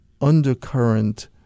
undercurrent